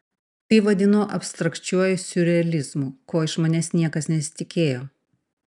tai vadinu abstrakčiuoju siurrealizmu ko iš manęs niekas nesitikėjo